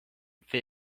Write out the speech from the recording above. fit